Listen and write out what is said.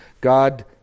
God